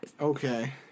Okay